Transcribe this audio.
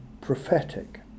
prophetic